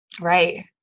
Right